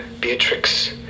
Beatrix